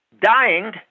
dying